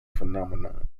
phenomenon